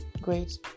great